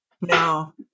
No